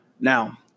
Now